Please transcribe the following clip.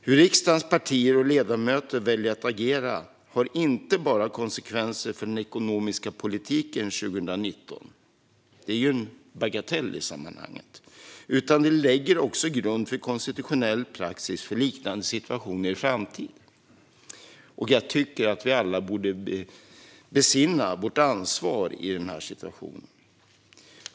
Hur riksdagens partier och ledamöter väljer att agera har inte bara konsekvenser för den ekonomiska politiken 2019 - den är ju en bagatell i sammanhanget - utan lägger också en grund för konstitutionell praxis för liknande situationer i framtiden. Jag tycker att vi alla borde besinna vårt ansvar i den här situationen.